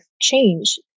change